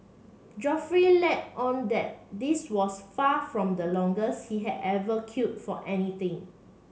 Geoffrey let on that this was far from the longest he had ever for anything